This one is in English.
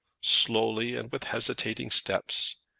slowly and with hesitating steps,